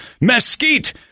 mesquite